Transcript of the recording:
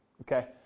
okay